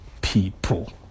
people